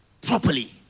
properly